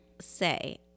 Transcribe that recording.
say